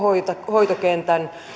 hoitokentän